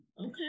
Okay